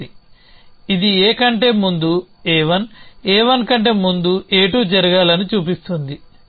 విద్యార్థి ఇది A కంటే ముందు A1 A1 కంటే ముందు A2 జరగాలని చూపిస్తుంది